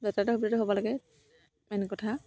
যাতায়তৰ সুবিধা হ'ব লাগে মেন কথা